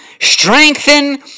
strengthen